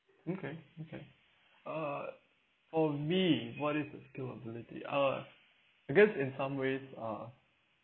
okay okay uh for me what is the skill ability uh I guess in some ways uh